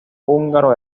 húngaro